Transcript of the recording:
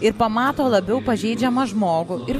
ir pamato labiau pažeidžiamą žmogų ir